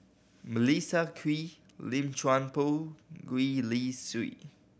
Melissa Kwee Lim Chuan Poh Gwee Li Sui